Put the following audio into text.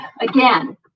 Again